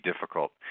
difficult